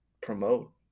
promote